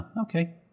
okay